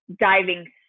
diving